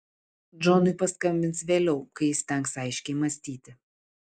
džonui paskambins vėliau kai įstengs aiškiai mąstyti